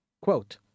Quote